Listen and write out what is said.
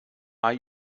are